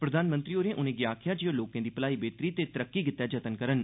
प्रधानमंत्री होरें उनें' गी आखेआ जे ओह लोकें दी भलाई बेहतरी ते तरक्की गितै जतन करन